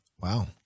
wow